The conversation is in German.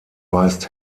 weist